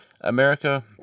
America